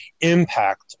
Impact